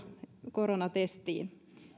koronatestiin